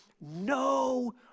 no